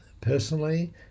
personally